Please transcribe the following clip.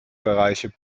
bereiche